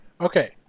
Okay